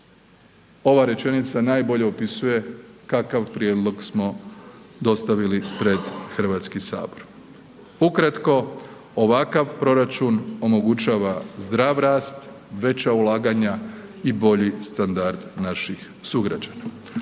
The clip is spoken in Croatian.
Ova rečenica najbolje opisuje kakav prijedlog smo dostavili pred HS. Ukratko, ovakav proračun omogućava zdrav rast, veća ulaganja i bolji standard naših sugrađana.